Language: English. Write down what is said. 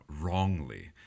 wrongly